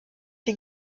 die